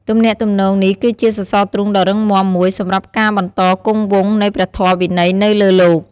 ទំនាក់ទំនងនេះគឺជាសសរទ្រូងដ៏រឹងមាំមួយសម្រាប់ការបន្តគង់វង្សនៃព្រះធម៌វិន័យនៅលើលោក។